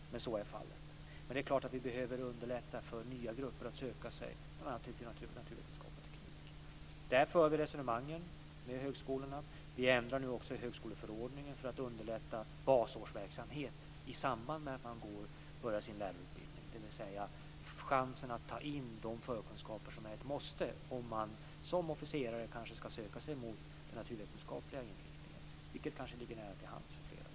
Men så är fallet. Självfallet behöver vi underlätta för nya grupper att söka sig till bl.a. naturvetenskap och teknik. Där för vi resonemangen med högskolorna. Vi ändrar nu också högskoleförordningen för att underlätta basårsverksamhet i samband med att man börjar sin lärarutbildning. Det handlar alltså om chansen att ta in de förkunskaper som är ett måste om en officerare kanske ska söka sig mot den naturvetenskapliga inriktningen, vilket kanske ligger nära till hands för flera av dem.